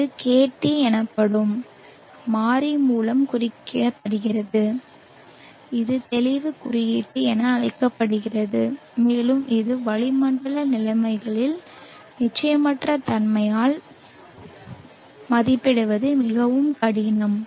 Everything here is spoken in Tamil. இது KT எனப்படும் மாறி மூலம் குறிப்பிடப்படுகிறது இது தெளிவு குறியீட்டு என அழைக்கப்படுகிறது மேலும் இது வளிமண்டல நிலைமைகளின் நிச்சயமற்ற தன்மையால் மதிப்பிடுவது மிகவும் கடினம்